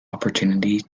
opportunity